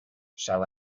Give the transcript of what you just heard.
shall